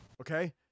Okay